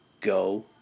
Go